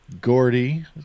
Gordy